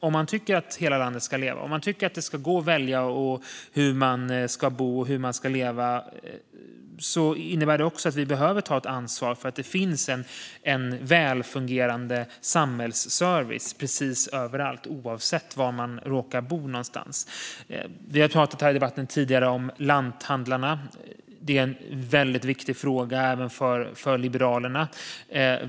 Om man tycker, fru talman, att hela landet ska leva och att det ska gå att välja hur man ska bo och leva innebär det också att vi behöver ta ett ansvar för att det finns en välfungerande samhällsservice precis överallt, oavsett var man råkar bo. Vi har tidigare i debatten pratat om lanthandlarna; det är en väldigt viktig fråga även för Liberalerna.